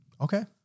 Okay